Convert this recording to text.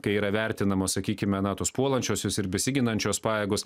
kai yra vertinamos sakykime na tos puolančiuosios ir besiginančios pajėgos